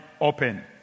open